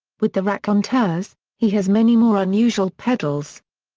with the raconteurs, he has many more unusual pedals.